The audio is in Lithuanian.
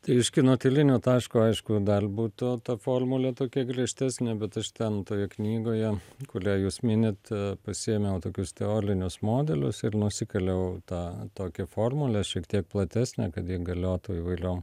tai iš kinotylinio taško aišku dal būtų ta formulė tokia griežtesnė bet aš ten toje knygoje kulią jūs minit pasiėmiau tokius teolinius modelius ir nusikaliau tą tokią formulę šiek tiek platesnę kad ji galiotų įvailiom